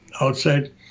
outside